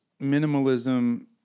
minimalism